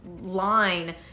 line